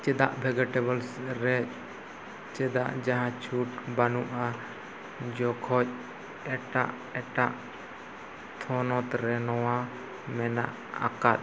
ᱪᱮᱫᱟᱜ ᱵᱷᱮᱡᱤᱴᱮᱵᱚᱞᱥ ᱨᱮ ᱪᱮᱫᱟᱜ ᱡᱟᱦᱟᱸ ᱪᱷᱩᱴ ᱵᱟᱹᱱᱩᱜᱼᱟ ᱡᱚᱠᱷᱚᱱ ᱮᱴᱟᱜ ᱮᱴᱟᱜ ᱛᱷᱚᱱᱚᱛ ᱨᱮ ᱱᱚᱣᱟ ᱢᱮᱱᱟᱜ ᱟᱠᱟᱫ